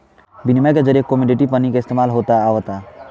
बिनिमय के जरिए कमोडिटी मनी के इस्तमाल होत आवता